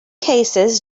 cases